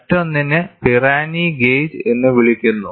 മറ്റൊന്നിനെ Pirani gauge എന്ന് വിളിക്കുന്നു